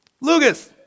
Lucas